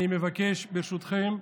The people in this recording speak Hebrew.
אני מבקש, ברשותכם,